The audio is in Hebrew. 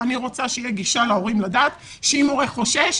אלא אני רוצה שלהורים תהיה גישה כי אם הורה חושש,